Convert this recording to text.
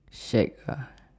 shag ah